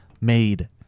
made